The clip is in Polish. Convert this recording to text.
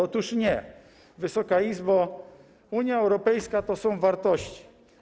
Otóż nie, Wysoka Izbo, Unia Europejska to są wartości.